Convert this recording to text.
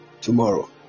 tomorrow